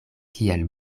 kiel